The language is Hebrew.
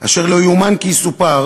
אשר לא יאומן כי יסופר